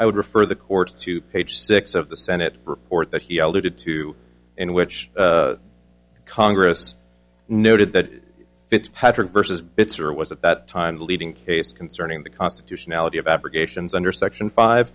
would refer the court to page six of the senate report that he alluded to in which congress noted that it's patrick versus bits or was at that time the leading case concerning the constitutionality of applications under section five